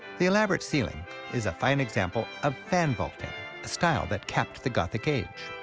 the elaborate ceiling is a fine example of fan vaulting-a style that capped the gothic age.